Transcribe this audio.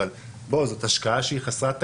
אבל זאת השקעה שהיא חסרת תקדים.